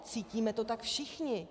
Cítíme to tak všichni.